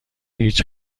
هیچ